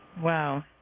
Wow